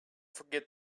forget